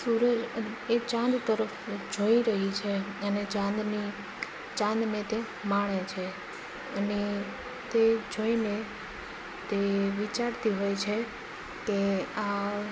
સુરજ એ ચાંદ તરફ જોઈ રહી છે અને ચાંદની ચાંદને તે માણે છે અને તે જોઈને તે વિચારતી હોય છે કે આ